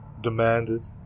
demanded